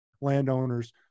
landowners